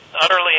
utterly